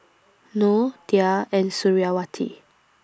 Noh Dhia and Suriawati